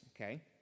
Okay